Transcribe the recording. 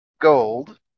gold